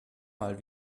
mal